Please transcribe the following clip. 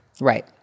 Right